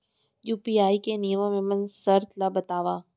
UPI के नियम एवं शर्त ला बतावव